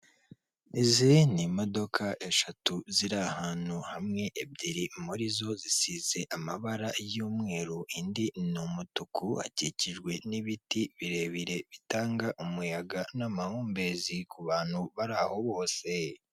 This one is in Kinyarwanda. Izi ni imodoka eshatu ziri ahantu hamwe, ebyiri muri zo zisize amabara y'umweru, indi ni umutuku hakikijwe n'ibiti birebire bitanga umuyaga n'amahumbezi ku bantu bari aho bose.